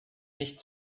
nicht